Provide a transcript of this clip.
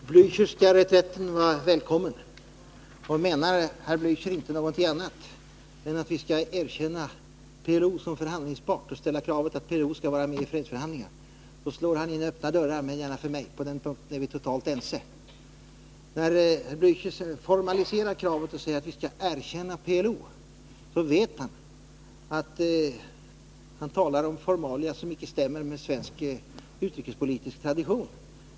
Herr talman! Den Blächerska reträtten var välkommen. Menar herr Blächer inte någonting annat än att vi skall erkänna PLO som förhandlingspart och ställa kravet att PLO skall vara med i fredsförhandlingar, så slår han in öppna dörrar — men gärna för mig; på den punkten är vi totalt ense. När herr Blächer formaliserar kravet och säger att vi skall erkänna PLO diplomatiskt vet han att han talar om formalia som icke stämmer med svensk utrikespolitisk tradition.